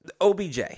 OBJ